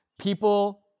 people